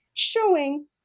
showing